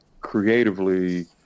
creatively